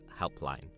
helpline